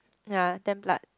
ya ten blood